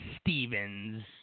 Stevens